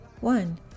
One